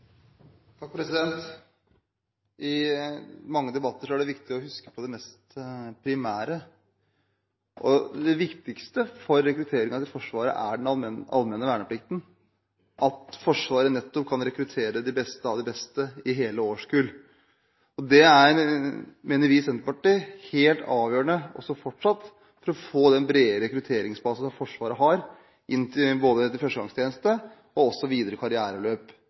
det viktig å huske på det mest primære, og det viktigste for rekrutteringen til Forsvaret er den allmenne verneplikten, at Forsvaret nettopp kan rekruttere de beste av de beste i hele årskull. Det mener vi i Senterpartiet fortsatt er helt avgjørende, at Forsvaret har en bred rekrutteringsbase inn til førstegangstjeneste og videre karriereløp i det norske forsvaret. Det må vi ikke glemme, det er av stor verdi for rekrutteringen til